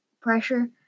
pressure